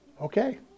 okay